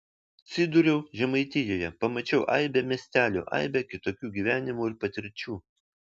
atsidūriau žemaitijoje pamačiau aibę miestelių aibę kitokių gyvenimų ir patirčių